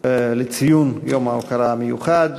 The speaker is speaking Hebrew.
לציון יום ההוקרה המיוחד.